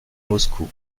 moscou